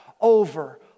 over